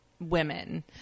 women